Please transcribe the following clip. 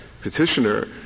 Petitioner